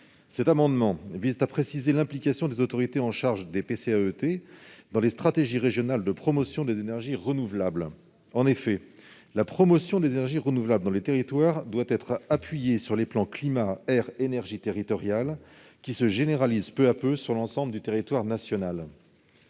Cet amendement vise à préciser l'implication des autorités en charge des PCAET dans les stratégies régionales de promotion des énergies renouvelables. En effet, la promotion des énergies renouvelables dans les territoires doit prendre appui sur les PCAET, qui se généralisent peu à peu sur l'ensemble du territoire national.